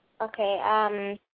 Okay